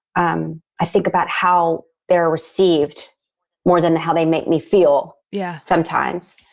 um i think about how they are received more than how they make me feel yeah sometimes.